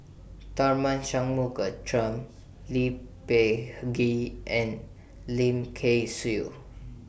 Tharman Shanmugaratnam Lee Peh Gee and Lim Kay Siu